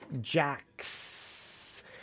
jacks